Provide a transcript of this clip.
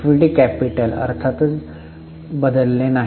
equity capital अर्थातच बदलले नाही